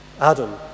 Adam